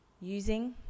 using